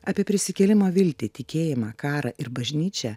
apie prisikėlimo viltį tikėjimą karą ir bažnyčią